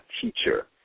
Teacher